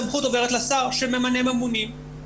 הסמכות עוברת לשר שממנה ממונים.